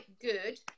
good